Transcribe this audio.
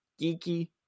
Geeky